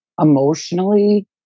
emotionally